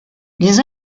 les